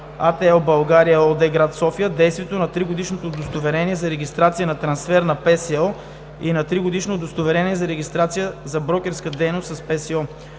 „АТЛ България“ ООД, гр. София, действието на тригодишно удостоверение за регистрация за трансфер на ПСО и на тригодишно удостоверение за регистрация за брокерска дейност с ПСО;